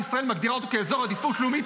ישראל מגדירה אותו כאזור עדיפות לאומית,